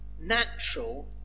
natural